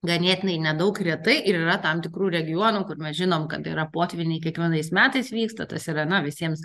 ganėtinai nedaug retai ir yra tam tikrų regionų kur mes žinom kad yra potvyniai kiekvienais metais vyksta ta sirena visiems